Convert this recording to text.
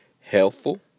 helpful